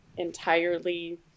entirely